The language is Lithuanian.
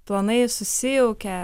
planai susijaukia